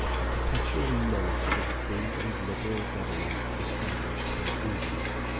a perpetual menace to the free and liberal government established by england.